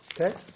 Okay